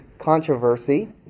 controversy